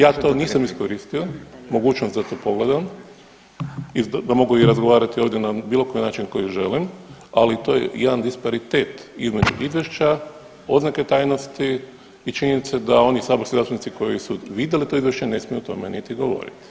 Ja to nisam iskoristio, mogućnost da to pogledam da mogu i razgovarati ovdje na bilo koji način koji želim, ali to je jedan disparitet između izvješća, oznake tajnosti i činjenice da oni saborski zastupnici koji su vidjeli to izvješće ne smiju o tome niti govorit.